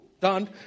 done